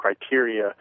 criteria